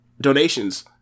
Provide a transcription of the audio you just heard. Donations